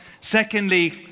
Secondly